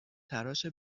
تراش